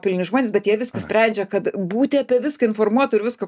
pilni žmonės bet jie viską sprendžia kad būti apie viską informuotu ir viską